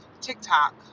TikTok